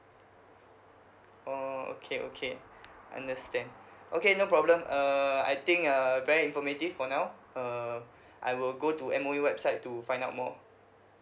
orh okay okay understand okay no problem err I think uh very informative for now uh I will go to M_O_E website to find out more